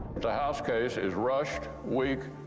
the house case is rushed, weak,